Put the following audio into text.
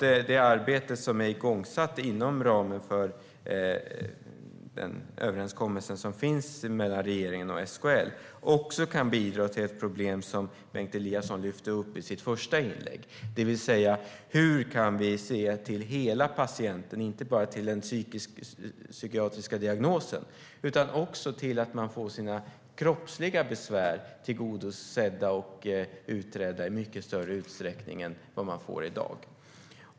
Det arbete som är igångsatt inom ramen för den överenskommelse som finns mellan regeringen och SKL kan också bidra till arbetet med ett problem som Bengt Eliasson lyfte upp i sitt första inlägg, det vill säga hur vi kan se till hela patienten och inte bara till den psykiatriska diagnosen. Det handlar också om att få sina kroppsliga besvär tillgodosedda och utredda i mycket större utsträckning än i dag.